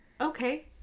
okay